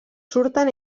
surten